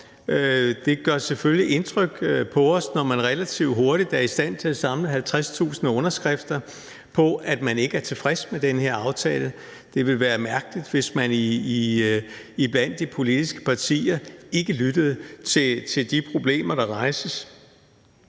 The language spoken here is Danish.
Det gør selvfølgelig indtryk på os, når man relativt hurtigt er i stand til at samle 50.000 underskrifter på, at man ikke er tilfreds med den her aftale. Det ville være mærkeligt, hvis man iblandt de politiske partier ikke lyttede til de problemer, der rejses.